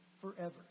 forever